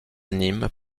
nîmes